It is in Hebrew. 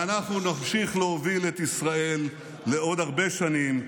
ואנחנו נמשיך להוביל את ישראל לעוד הרבה שנים,